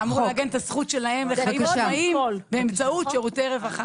אתה אמור לעגן את הזכות שלהם לחיים עצמאיים באמצעות שירותי רווחה.